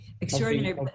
extraordinary